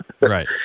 Right